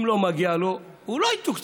אם לא מגיע לו, הוא לא יתוקצב.